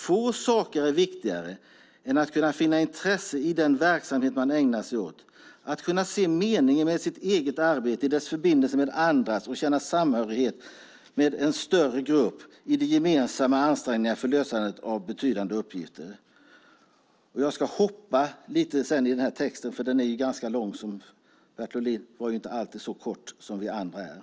Få saker är viktigare än att kunna finna intresse i den verksamhet man ägnar sig åt, att kunna se meningen med sitt eget arbete i dess förbindelse med andras och känna samhörighet med en större grupp i de gemensamma ansträngningarna för lösandet av betydande uppgifter". Jag hoppar lite i texten, för den är ganska lång. Bertil Ohlin fattade sig inte alltid så kort som vi andra gör.